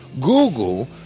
Google